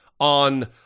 on